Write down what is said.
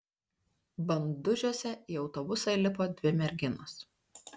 bandužiuose į autobusą įlipo dvi merginos